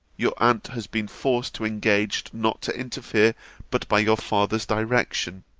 your aunt has been forced to engage not to interfere but by your father's direction.